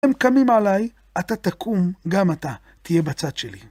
אם הם קמים עליי, אתה תקום גם אתה, תהיה בצד שלי.